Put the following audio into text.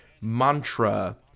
mantra